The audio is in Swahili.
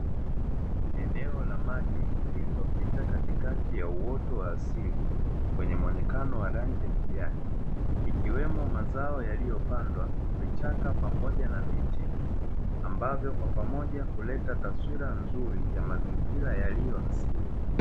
Eneo la maji lililopita katikati ya uoto wa asili kwenye mwonekano wa rangi ya kijani ikiwemo mazao yaliyopandwa vichaka pamoja na miti, ambavyo kwa pamoja kuleta taswira nzuri ya mazingira yaliyo asili.